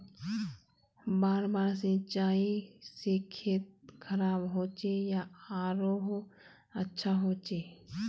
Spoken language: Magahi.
बार बार सिंचाई से खेत खराब होचे या आरोहो अच्छा होचए?